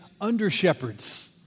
under-shepherds